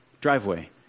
driveway